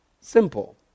Simple